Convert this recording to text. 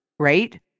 right